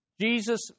Jesus